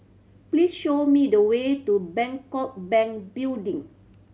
please show me the way to Bangkok Bank Building